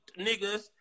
niggas